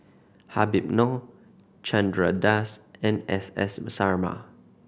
Habib Noh Chandra Das and S S Sarma